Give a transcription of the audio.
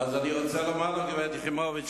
אני רוצה לומר לך, גברת יחימוביץ.